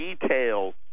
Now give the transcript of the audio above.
details